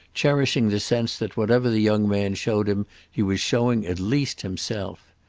cherishing the sense that whatever the young man showed him he was showing at least himself.